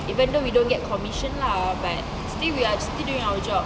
even though we don't get commission lah but still we are still doing our job